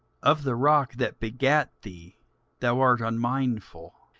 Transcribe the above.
of the rock that begat thee thou art unmindful,